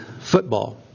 football